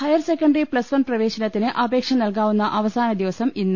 higher secondary plus one പ്രവേശനത്തിന് അപേക്ഷ നൽകാവുന്ന അവസാനദിവസം ഇന്ന്